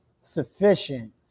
sufficient